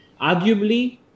Arguably